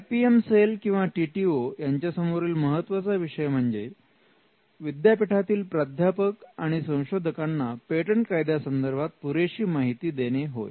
IPM cell किंवा T T O यांच्यासमोरील महत्त्वाचा विषय म्हणजे विद्यापीठातील प्राध्यापक आणि संशोधकांना पेटंट कायदा संदर्भात पुरेशी माहिती देणे होय